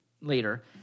later